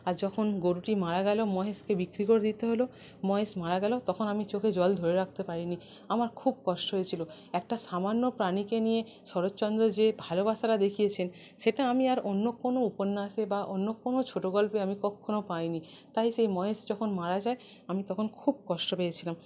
আর যখন গরুটি মারা গেল মহেশকে বিক্রি করে দিতে হল মহেশ মারা গেল তখন আমি চোখে জল ধরে রাখতে পারিনি আমার খুব কষ্ট হয়েছিল একটা সামান্য প্রাণীকে নিয়ে শরৎচন্দ্র যে ভালোবাসাটা দেখিয়েছেন সেটা আমি আর অন্য কোনও উপন্যাসে বা অন্য কোনও ছোটগল্পে আমি কক্ষণো পাইনি তাই সেই মহেশ যখন মারা যায় আমি তখন খুব কষ্ট পেয়েছিলাম